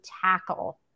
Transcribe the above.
tackle